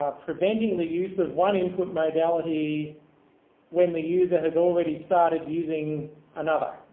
preventing the use of one input modality when the user has already started using another.